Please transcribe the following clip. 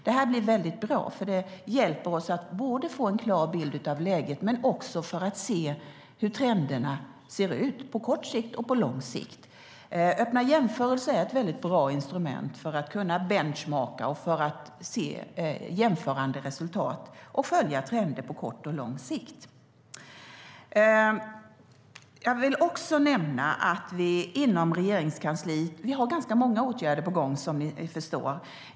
Det blir bra eftersom det hjälper oss att både få en klar bild av läget och att se hur trenderna ser ut på kort sikt och på lång sikt. Öppna jämförelser är ett bra instrument för att kunna "benchmarka" och för att se jämförande resultat och följa trender på kort och lång sikt. Jag vill också nämna att vi har ganska många åtgärder på gång inom Regeringskansliet som ni förstår.